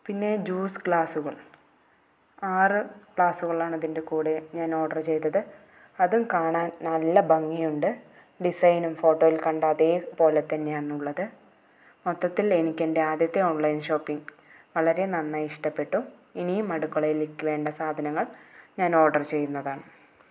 പിന്നെ ജ്യൂസ് ഗ്ലാസുകൾ ആറ് ഗ്ലാസുകൾ ആണ് ഇതിൻ്റെ കൂടെ ഞാൻ ഓർഡർ ചെയ്തത് അതും കാണാൻ നല്ല ഭംഗിയുണ്ട് ഡിസൈനും ഫോട്ടോയിൽ കണ്ട അതേപോലെ തന്നെയാണുള്ളത് മൊത്തത്തിൽ എനിക്കെൻ്റെ ആദ്യത്തെ ഓൺലൈൻ ഷോപ്പിങ്ങ് വളരെ നന്നായി ഇഷ്ടപ്പെട്ടു ഇനിയും അടുക്കളയിലേക്ക് വേണ്ട സാധനങ്ങൾ ഞാൻ ഓർഡർ ചെയ്യുന്നതാണ്